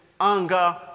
anger